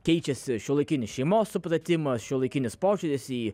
keičiasi šiuolaikinis šeimos supratimas šiuolaikinis požiūris į